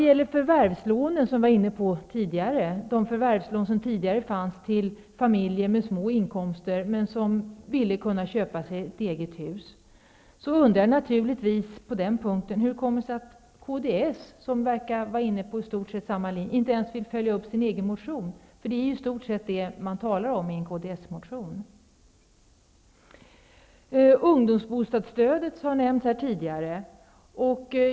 När det gäller de förvärvslån som tidigare fanns till familjer med små inkomster som ändå ville kunna köpa sig ett eget hus undrar jag naturligtvis hur det kommer sig att kds inte ens vill följa upp sin egen motion -- det är i stort sett det som behandlas i en kds-motion. Ungdomsbostadsstödet har nämnts tidigare.